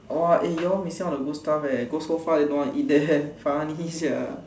orh eh you all missing out all the good stuff leh go so far then don't want to eat there funny sia